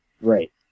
Right